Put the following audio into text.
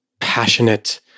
passionate